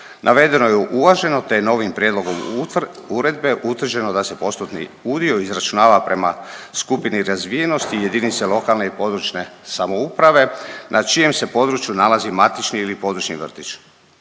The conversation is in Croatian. Navedeno je uvaženo, te je novim prijedlogom uredbe utvrđeno da se postotni udio izračunava prema skupini razvijenosti jedinice lokalne i područne samouprave na čijem se području nalazi matični ili područni vrtić.